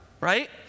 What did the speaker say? right